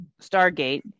stargate